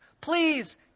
Please